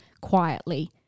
quietly